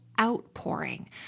outpouring